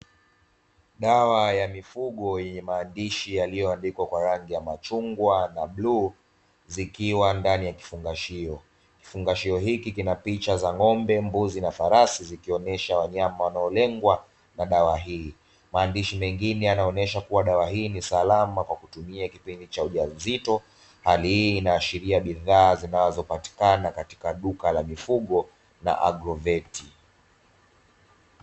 Dawa ya mifugo yenye maandishi yaliyoandikwa kwa rangi ya machungwa na bluu zikiwa ndani ya kifungashio, kifungashio hiki kina picha za ng'ombe, mbuzi na farasi zikionesha wanyama wanaolengwa na dawa hii. Maandishi mengine yanaonesha kuwa dawa hii ni salama kwa kutumia kipindi cha ujauzito. Hali hii inaashiria bidhaa zinazopatikana katika duka la mifugo na "agro-vert".